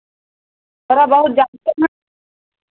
थोड़ा बहुत जानते ना